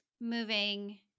moving